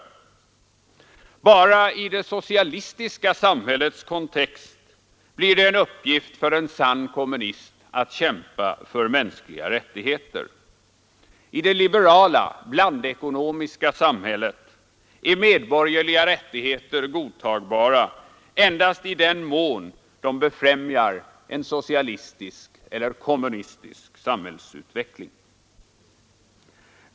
Endast i det socialistiska samhällets kontext blir det en uppgift för en sann kommunist att kämpa för mänskliga rättigheter. I det liberala, blandekonomiska samhället är medborgerliga rättigheter godtagbara endast i den mån de befrämjar en socialistisk eller kommunistisk samhällsutveckling.